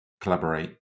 collaborate